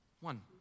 one